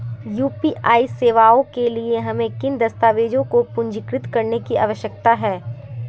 UPI सेवाओं के लिए हमें किन दस्तावेज़ों को पंजीकृत करने की आवश्यकता है?